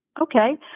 Okay